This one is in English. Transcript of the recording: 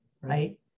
right